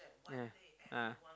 yeah ah